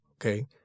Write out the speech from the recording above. okay